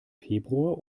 februar